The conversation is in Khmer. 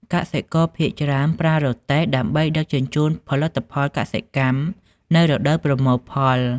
កសិករភាគច្រើនប្រើរទេះ ដើម្បីដឹកជញ្ជូនផលិតផលកសិកម្មនៅរដូវប្រមូលផល។